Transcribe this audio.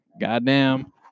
goddamn